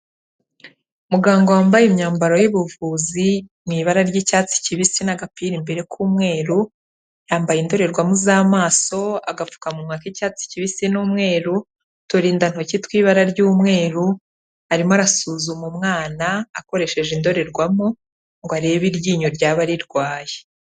Muganga wambaye imyambaro y'ubuvuzi mu ibara ry'icyatsi kibisi n'agapira imbere k'umweru, yambaye indorerwamo z'amaso, agapfukamuwa k'icyatsi kibisi n'umweru, uturindantoki tw'ibara ry'umweru arimo arasuzuma umwana akoresheje indorerwamo ngo arebe iryinyo ryaba rirwaye.